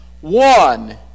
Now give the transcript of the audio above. one